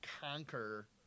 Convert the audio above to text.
conquer